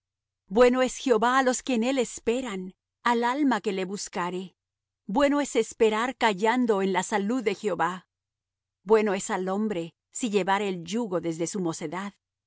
bueno es jehová á los que en él esperan al alma que le buscare bueno es esperar callando en la salud de jehová bueno es al hombre si llevare el yugo desde su mocedad